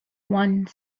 one